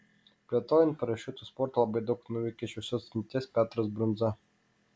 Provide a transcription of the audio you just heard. plėtojant parašiutų sportą labai daug nuveikė šviesios atminties petras brundza